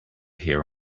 hear